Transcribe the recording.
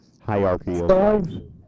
hierarchy